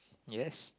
yes